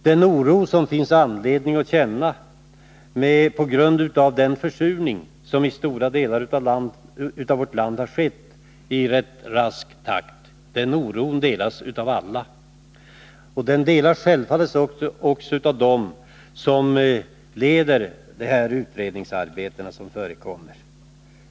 Den oro som det finns anledning att känna på grund av den försurning som i rask takt har skett i stora delar av vårt land delas av alla, självfallet också av dem som leder dessa utredningsarbeten.